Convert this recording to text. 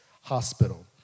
hospital